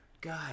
God